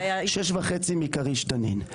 6.5 מכריש-תנין.